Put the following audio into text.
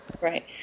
Right